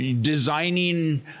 designing